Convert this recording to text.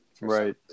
right